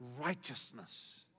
righteousness